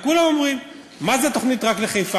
כולם אומרים: מה זה תוכנית רק לחיפה?